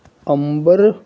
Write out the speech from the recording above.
ਅੰਬਰ